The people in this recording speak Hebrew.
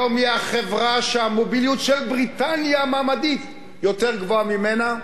היום היא החברה שהמוביליות של בריטניה המעמדית יותר גבוהה משלה.